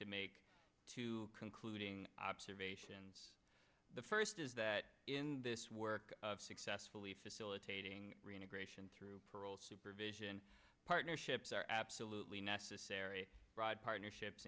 to make two concluding observations the first is that in this work of successfully facilitating reintegration through parole supervision partnerships are absolutely necessary partnerships